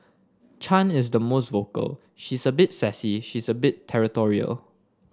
Chan is the most vocal she's a bit sassy she's a bit territorial